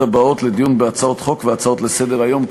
הבאות לדיון בהצעות חוק והצעות לסדר-היום,